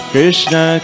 Krishna